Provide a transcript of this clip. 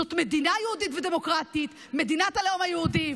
זאת מדינה יהודית ודמוקרטית, מדינת הלאום היהודי.